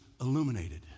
illuminated